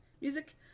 Music